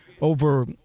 over